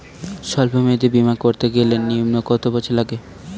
সল্প মেয়াদী বীমা করতে গেলে নিম্ন কত বছর লাগে?